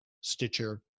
Stitcher